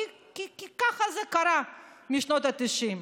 כי ככה זה קרה בשנות התשעים.